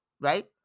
right